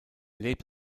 lebt